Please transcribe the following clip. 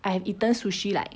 I have eaten sushi like